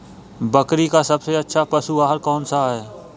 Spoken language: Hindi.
बकरी का सबसे अच्छा पशु आहार कौन सा है?